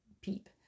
peep